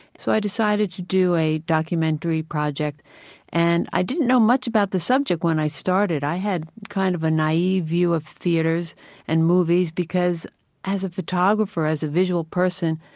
so i decided to do a documentary project and i didn't know much about the subject when i started. i had kind of a naive view of theaters and movies because as a photographer, as a visual person,